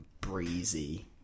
breezy